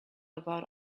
about